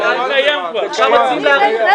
הוא הסתיים.